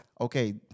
okay